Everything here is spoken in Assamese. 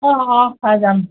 অঁ অঁ চাই যাম